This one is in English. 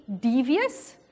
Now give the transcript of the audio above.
devious